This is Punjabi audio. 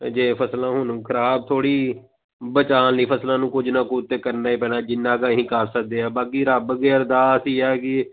ਜੇ ਫ਼ਸਲ ਹੁਣ ਖ਼ਰਾਬ ਥੋੜ੍ਹੀ ਬਚਾਉਣ ਲਈ ਫ਼ਸਲਾਂ ਨੂੰ ਕੁਝ ਨਾ ਕੁਝ ਤਾਂ ਕਰਨਾ ਹੀ ਪੈਣਾ ਜਿੰਨਾ ਕੁ ਅਸੀਂ ਕਰ ਸਕਦੇ ਹਾਂ ਬਾਕੀ ਰੱਬ ਅੱਗੇ ਅਰਦਾਸ ਹੀ ਆ ਕਿ